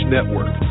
Network